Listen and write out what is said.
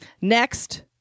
Next